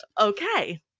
Okay